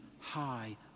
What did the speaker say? high